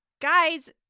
guys